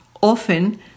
Often